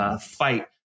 fight